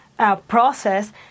process